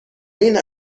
این